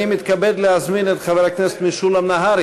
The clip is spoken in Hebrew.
אני מתכבד להזמין את חבר הכנסת משולם נהרי